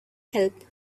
help